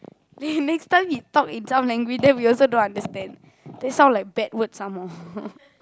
then next time he talk in some language then we also don't understand then sound like bad words some more